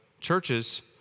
churches